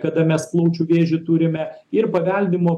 kada mes plaučių vėžiui turime ir paveldimo